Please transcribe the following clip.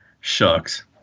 Shucks